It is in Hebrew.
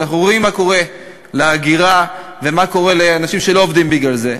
כי אנחנו רואים מה קורה להגירה ומה קורה לאנשים שלא עובדים בגלל זה.